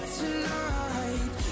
tonight